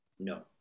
no